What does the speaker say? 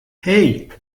hey